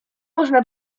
można